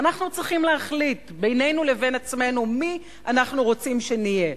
ואנחנו צריכים להחליט בינינו לבין עצמנו מי אנחנו רוצים שנהיה,